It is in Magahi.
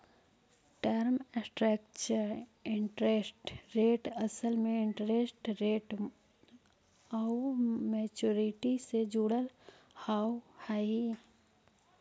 टर्म स्ट्रक्चर इंटरेस्ट रेट असल में इंटरेस्ट रेट आउ मैच्योरिटी से जुड़ल होवऽ हई